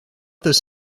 this